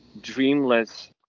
dreamless